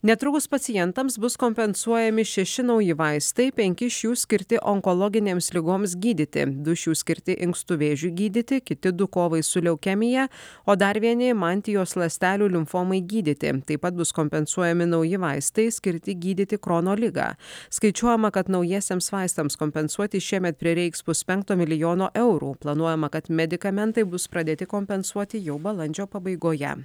netrukus pacientams bus kompensuojami šeši nauji vaistai penki iš jų skirti onkologinėms ligoms gydyti du iš jų skirti inkstų vėžiui gydyti kiti du kovai su leukemija o dar vieni mantijos ląstelių limfomai gydyti taip pat bus kompensuojami nauji vaistai skirti gydyti krono ligą skaičiuojama kad naujiesiems vaistams kompensuoti šiemet prireiks puspenkto milijono eurų planuojama kad medikamentai bus pradėti kompensuoti jau balandžio pabaigoje